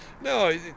No